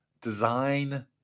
design